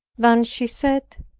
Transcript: than she said,